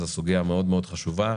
זו סוגיה מאוד מאוד חשובה.